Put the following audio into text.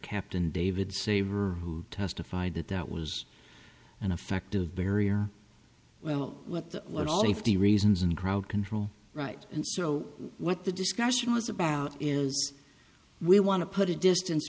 captain david saver who testified that that was an effective barrier well with the reasons in crowd control right and so what the discussion was about is we want to put a distance